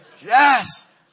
Yes